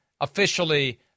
officially